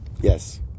Yes